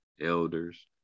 elders